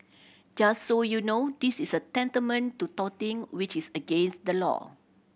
just so you know this is a tantamount to touting which is against the law